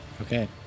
Okay